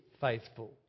faithful